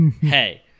hey